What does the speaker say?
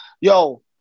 Yo